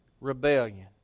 Rebellion